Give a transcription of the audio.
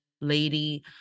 lady